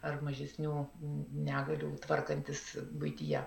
ar mažesnių negalių tvarkantis buityje